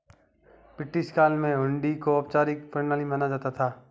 British काल में हुंडी को औपचारिक प्रणाली माना जाता था